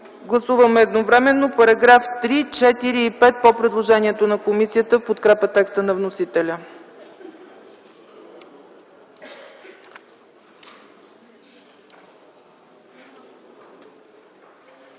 Гласуваме едновременно § 3, 4 и 5 по предложението на комисията в подкрепа текста на вносителя.